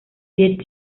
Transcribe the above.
dead